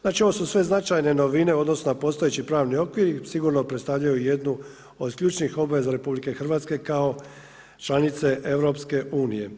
Znači, ovo su sve značajne novine u odnosu na postojeći pravni okvir i sigurno predstavljaju jednu od ključnih obveza RH kao članice EU.